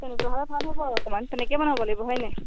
তেনেকুৱা হ'লে ভাল হ'ব আৰু অকণমান তেনেকে বনাব লাগিব হয়নে